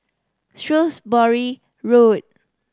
Shrewsbury Road